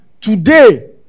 today